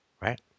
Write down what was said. right